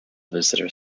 visitor